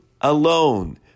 alone